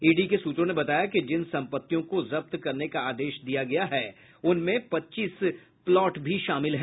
ED के सूत्रों ने बताया कि जिन संपत्तियों को जब्त करने का आदेश दिया गया है उनमें पच्चीस प्लॉट भी शामिल है